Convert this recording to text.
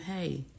hey